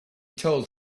told